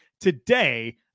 Today